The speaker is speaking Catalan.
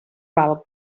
val